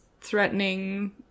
threatening